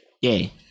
Yay